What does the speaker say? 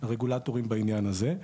הרגולטורים בעניין הזה.